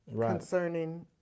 concerning